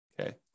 Okay